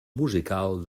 musical